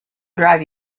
drive